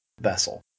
vessel